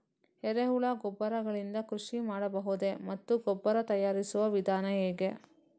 ಎರೆಹುಳು ಗೊಬ್ಬರ ಗಳಿಂದ ಕೃಷಿ ಮಾಡಬಹುದೇ ಮತ್ತು ಗೊಬ್ಬರ ತಯಾರಿಸುವ ವಿಧಾನ ಹೇಗೆ?